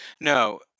no